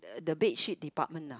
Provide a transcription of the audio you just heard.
the bedsheet department ah